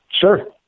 Sure